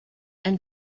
and